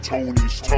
Tony's